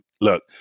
Look